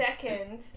second